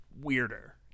weirder